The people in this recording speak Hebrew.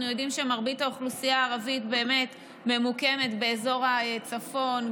אנחנו יודעים שמרבית האוכלוסייה הערבית ממוקמת באזור הצפון,